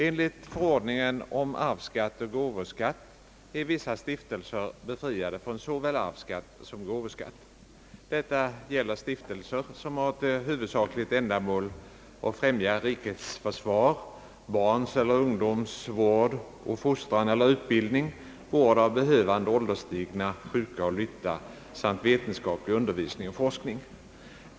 Enligt förordningen om arvsskatt och gåvoskatt är vissa stiftelser befriade från såväl arvsskatt som gåvoskatt. Detta gäller stiftelser som har till huvudsakligt ändamål att främja rikets försvar, barns eller ungdoms vård och fostran eller utbildning, vård av behövande ålderstigna, sjuka och lytta samt vetenskaplig forskning och undervisning.